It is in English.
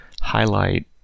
highlight